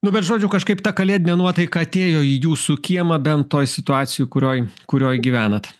nu bet žodžiu kažkaip ta kalėdinė nuotaika atėjo į jūsų kiemą bent toj situacijoj kurioj kurioj gyvenat